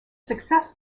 success